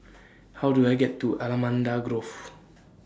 How Do I get to Allamanda Grove